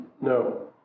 No